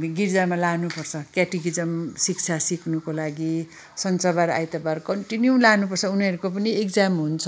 हामी गिर्जामा लानु पर्छ क्याटकिजम शिक्षा सिक्नुको लागि सन्चबार आइतबार कन्टिन्यू लानु पर्छ उनीहरूको पनि इकजाम हुन्छ